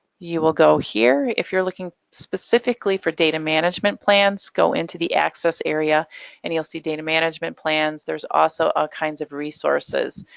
you will go here. if you're looking specifically for data management plans, go into the access area and you'll see data management plans. there's also all kinds of resources